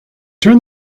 turn